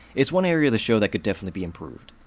it's one area of the show that could definitely be improved.